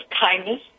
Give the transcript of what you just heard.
kindness